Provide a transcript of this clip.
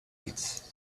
pits